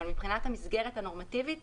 אבל מבחינת המסגרת הנורמטיבית